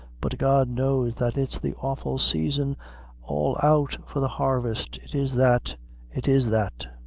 but god knows that it's the awful saison all out for the harvest it is that it is that!